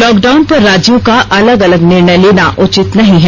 lockdown पर राज्यों का अलग अलग निर्णय लेना उचित नहीं है